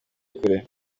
kure